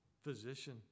Physician